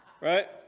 right